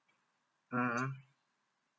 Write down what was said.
mmhmm